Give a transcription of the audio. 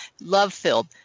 love-filled